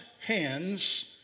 hands